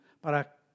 para